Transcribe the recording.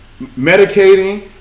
medicating